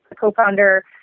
co-founder